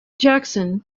jackson